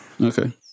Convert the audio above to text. Okay